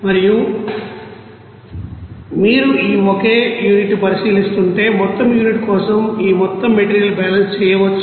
మరియు మీరు ఈ ఒకే యూనిట్ను పరిశీలిస్తుంటే మొత్తం యూనిట్ కోసం ఈ మొత్తం మెటీరియల్ బ్యాలెన్స్ చేయవచ్చు